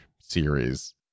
series